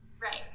Right